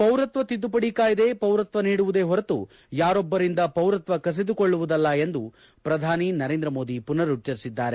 ಪೌರತ್ವ ತಿದ್ದುಪಡಿ ಕಾಯಿದೆ ಪೌರತ್ವ ನೀಡುವುದೇ ಹೊರತು ಯಾರೊಬ್ಬರಿಂದ ಪೌರತ್ವ ಕಸಿದುಕೊಳ್ಳುವುದಲ್ಲ ಎಂದು ಪ್ರಧಾನಿ ನರೇಂದ್ರ ಮೋದಿ ಪುನರುಚ್ಚರಿಸಿದ್ದಾರೆ